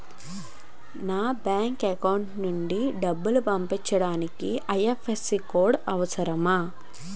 నా bank account నుంచి డబ్బు పంపించడానికి ఐ.ఎఫ్.ఎస్.సి కోడ్ అవసరమా?